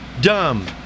Dumb